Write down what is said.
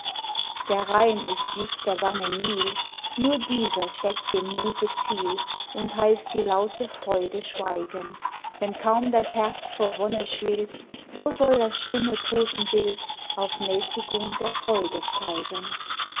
der rhein ist nicht der bange nil nur dieser steckt dem muthe ziel und heißt die laute freude schweigen wenn kaum das herz vor wonne schwillt so soll das stumme todtenbild auf mäßigung der freude zeigen